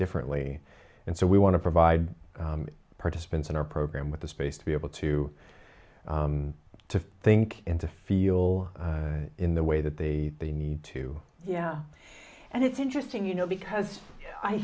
differently and so we want to provide participants in our program with the space to be able to to think in to feel in the way that they need to yeah and it's interesting you know because i